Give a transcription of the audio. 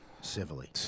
civilly